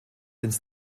ins